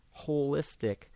holistic